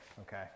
Okay